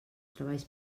treballs